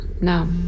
No